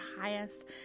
highest